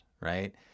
right